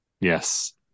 Yes